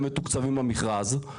הם מתוקצבים במכרז.